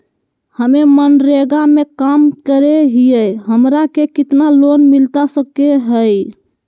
हमे मनरेगा में काम करे हियई, हमरा के कितना लोन मिलता सके हई?